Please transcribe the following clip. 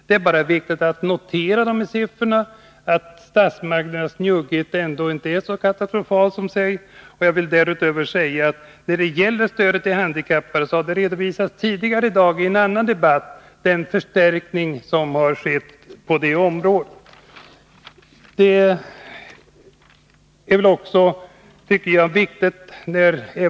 Det är viktigt att notera de här siffrorna för att förstå att statsmakternas njugghet ändå inte är så katastrofal som det sägs. När det gäller stödet till de handikappade så har den förstärkning som har skett på det området redovisats tidigare i dag i en annan debatt.